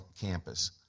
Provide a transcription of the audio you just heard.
campus